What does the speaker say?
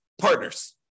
partners